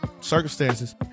circumstances